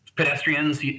Pedestrians